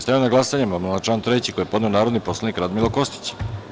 Stavljam na glasanje amandman na član 3. koji je podneo narodni poslanik Radmilo Kostić.